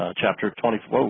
ah chapter twenty four. whoa